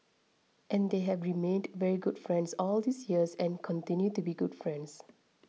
and they have remained very good friends all these years and continue to be good friends